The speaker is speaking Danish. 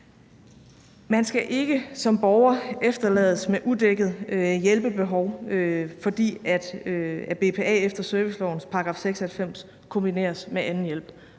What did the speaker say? Man skal ikke som borger efterlades med et udækket hjælpebehov, fordi BPA efter servicelovens § 96 kombineres med anden hjælp